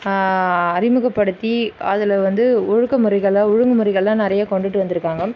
அறிமுகப்படுத்தி அதில் வந்து ஒழுக்கமுறைகளை ஒழுங்குமுறைகள்லாம் நிறைய கொண்டுகிட்டு வந்துருக்காங்க